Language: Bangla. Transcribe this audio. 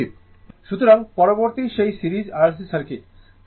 সুতরাং পরবর্তী সেই series R L C circuit